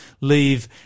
leave